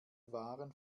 waren